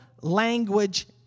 language